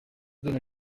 donner